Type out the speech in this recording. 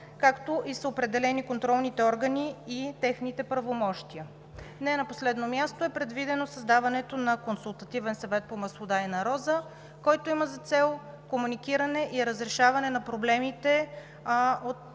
както са определени контролните органи и техните правомощия. Не на последно място е предвидено създаването на консултативен съвет по маслодайна роза, който има за цел комуникиране и разрешаване на проблемите по